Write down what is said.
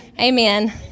Amen